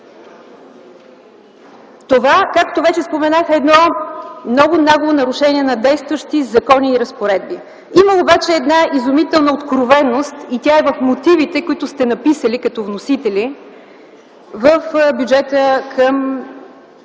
Това, както вече споменах, е едно много нагло нарушение на действащия закон и разпоредби. Има обаче една изумителна откровеност и тя е в мотивите, които сте написали като вносители към